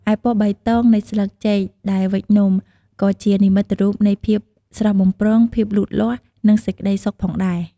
ឯពណ៌បៃតងនៃស្លឹកចេកដែលវេចនំ ក៏ជានិមិត្តរូបនៃ ភាពស្រស់បំព្រង ភាពលូតលាស់ និងសេចក្តីសុខផងដែរ។